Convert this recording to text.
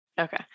Okay